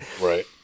right